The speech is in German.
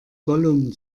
gollum